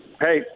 Hey